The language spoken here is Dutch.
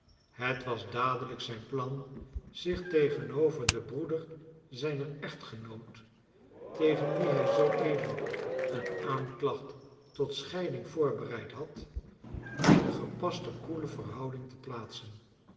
het was dadelijk zijn plan zich tegenover den broeder zijner echtgenoot tegen wie hij zoo even een aanklacht tot scheiding voorbereid had in een gepaste koele verhouding te plaatsen